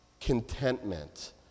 contentment